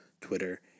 Twitter